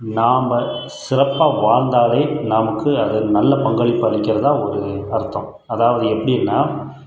நம்ப சிறப்பாக வாழ்ந்தாலே நமக்கு அது நல்ல பங்களிப்பளிக்கிறதா ஒரு அர்த்தம் அதாவது எப்படினா